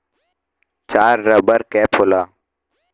चार rubber cap होला